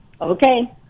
Okay